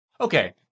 okay